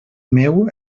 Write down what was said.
meu